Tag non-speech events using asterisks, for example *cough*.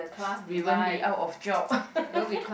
we won't be out of job *laughs*